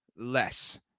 less